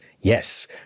Yes